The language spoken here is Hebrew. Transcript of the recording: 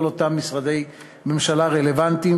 כל אותם משרדי ממשלה רלוונטיים,